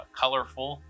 colorful